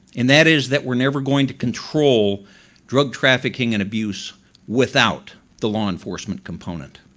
and that is that we're never going to control drug trafficking and abuse without the law enforcement component.